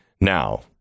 Now